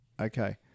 Okay